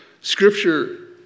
Scripture